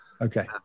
Okay